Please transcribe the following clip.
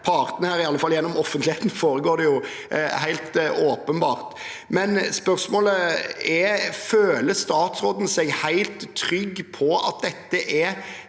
partene, i alle fall gjennom offentligheten, foregår helt åpenbart. Spørsmålet er: Føler statsråden seg helt trygg på at dette er